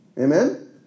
Amen